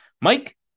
Mike